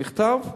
מכתב,